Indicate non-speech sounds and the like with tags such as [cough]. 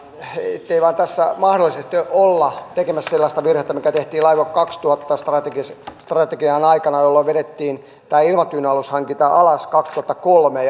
ettei vain tässä mahdollisesti olla tekemässä sellaista virhettä mikä tehtiin laivue kaksituhatta strategian aikana jolloin vedettiin tämä ilmatyynyalushankinta alas kaksituhattakolme [unintelligible]